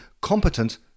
competent